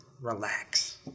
relax